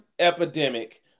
Epidemic